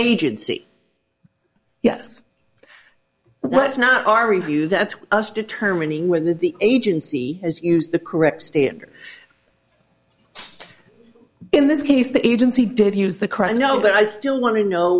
agency yes that's not our review that's us determining whether the agency has used the correct standard in this case the agency defuse the crime no but i still want to know